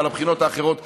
ועל הבחינות האחרות 50,